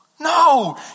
No